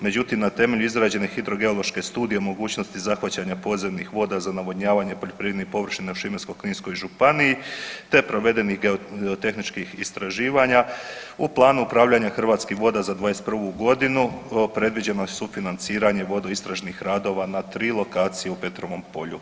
Međutim, na temelju izrađene hidrogeološke studije o mogućnosti zahvaćanja podzemnih voda za navodnjavanje poljoprivrednih površina u Šibensko-kninskoj županiji te provedenih geotehničkih istraživanja u planu upravljanja Hrvatskih voda za 21. godinu predviđeno je sufinanciranje vodoistražnih radova na tri lokacije u Petrovom polju.